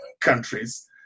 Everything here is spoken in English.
countries